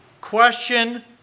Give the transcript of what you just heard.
question